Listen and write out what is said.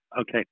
okay